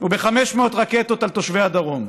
וב-500 רקטות על תושבי הדרום,